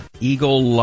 eagle